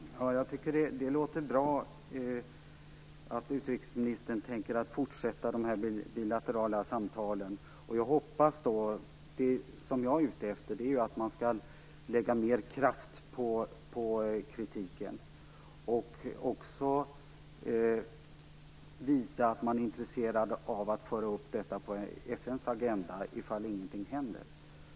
Fru talman! Jag tycker att det låter bra att utrikesministern tänker fortsätta de bilaterala samtalen. Det jag hoppas på är att man lägger mer kraft i kritiken och också visar att man är intresserad av att föra upp detta på FN:s agenda ifall ingenting händer.